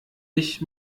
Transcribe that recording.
ich